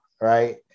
right